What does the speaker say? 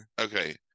okay